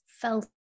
felt